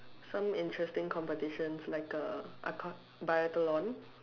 some interesting competitions like uh aco~ biathlon